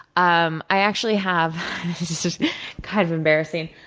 um i actually have this is kind of embarrassing,